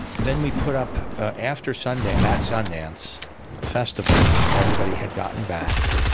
then we put up after sundance, that sundance festival, when everybody had gotten back,